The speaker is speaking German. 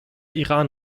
iran